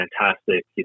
fantastic